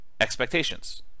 expectations